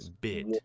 bit